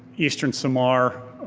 eastern samar.